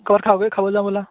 ক'ৰবাত খাওঁগৈ খাব যাওঁ ব'লা